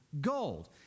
gold